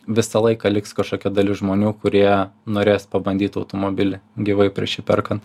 visą laiką liks kažkokia dalis žmonių kurie norės pabandyt automobilį gyvai prieš jį perkant